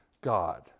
God